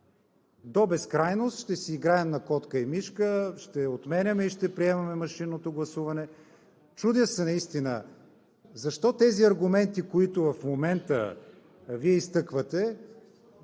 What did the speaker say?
до безкрайност ще си играем на котка и мишка, ще отменяме и ще приемаме машинното гласуване. Чудя се наистина, защо тези аргументи, които в момента Вие изтъквате,